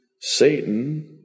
Satan